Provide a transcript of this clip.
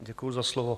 Děkuji za slovo.